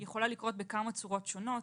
היא יכולה בכמה צורות שונות,